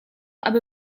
aby